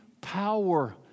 power